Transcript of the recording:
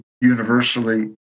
universally